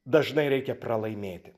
dažnai reikia pralaimėti